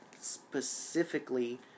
specifically